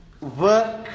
work